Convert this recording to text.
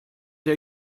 der